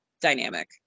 dynamic